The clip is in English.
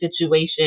situation